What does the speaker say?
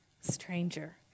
stranger